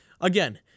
again